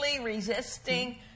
resisting